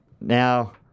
now